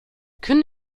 können